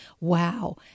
Wow